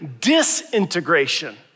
disintegration